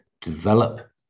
develop